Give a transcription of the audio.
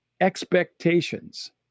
expectations